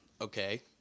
Okay